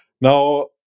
Now